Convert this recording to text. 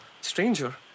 stranger